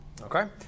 Okay